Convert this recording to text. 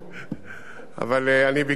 אבל אני ביקרתי בטייבה.